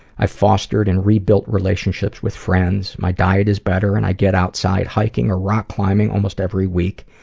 i fostered and rebuilt relationships with friends. my diet is better and i get outside hiking or rock climbing almost every week.